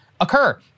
occur